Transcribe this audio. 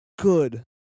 good